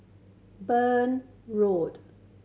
Burn Road